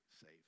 save